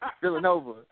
Villanova